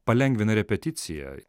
palengvina repeticijai